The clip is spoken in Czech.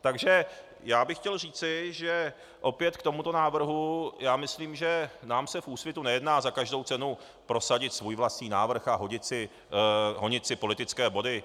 Takže já bych chtěl říci, že opět k tomuto návrhu, já myslím, že nám se v Úsvitu nejedná za každou cenu prosadit svůj vlastní návrh a honit si politické body.